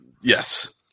Yes